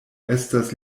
estas